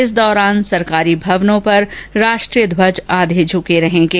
इस दौरान सरकारी भवनों पर राष्ट्रीय ध्वज आधे झुके रहेंगे